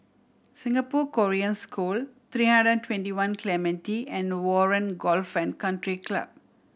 Singapore Korean School Three Hundred And Twenty One Clementi and Warren Golf and Country Club